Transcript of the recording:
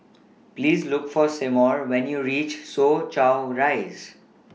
Please Look For Seymour when YOU REACH Soo Chow Rise